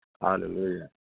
Hallelujah